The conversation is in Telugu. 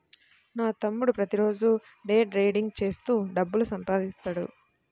నా తమ్ముడు ప్రతిరోజూ డే ట్రేడింగ్ చేత్తూ డబ్బులు సంపాదిత్తన్నాడు